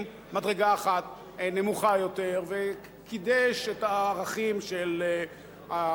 מדרגה אחת נמוך יותר וקידש את הערכים של הוצאת